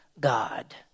God